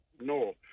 no